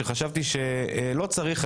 וחשבתי שלא צריך,